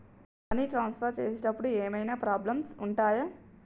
Money transfer చేసేటప్పుడు ఏమైనా problems ఉంటయా?